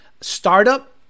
startup